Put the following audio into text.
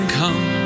come